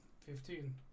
Fifteen